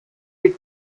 pit